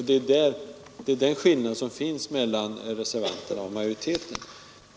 Det är den skillnad som finns mellan reservanterna och majoriteten.